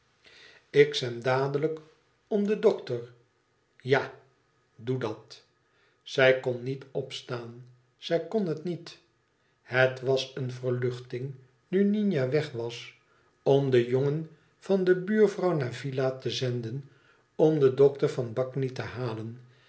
ik zend dadelijk om den dokter ja doe dat zij kon niet opstaan zij kon het niet het was een verluchting nu nina weg was om den jongen van de buurvrouw naar villa te zenden om den dokter van de bagni te halen